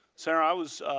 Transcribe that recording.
so i was